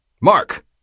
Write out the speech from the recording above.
Mark